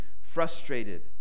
frustrated